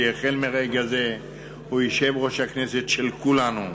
שהחל מרגע זה הוא יושב-ראש הכנסת של כולנו,